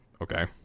okay